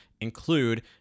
include